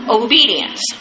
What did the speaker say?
obedience